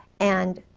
and.